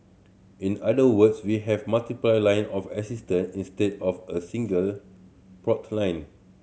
in other words we have multiple line of assistance instead of a single port line